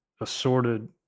assorted